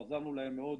עזרנו להם מאוד